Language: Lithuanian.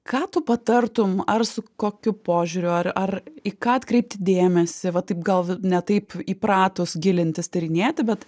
ką tu patartumi ar su kokiu požiūriu ar į ką atkreipti dėmesį va taip gal ne taip įpratus gilintis tyrinėti bet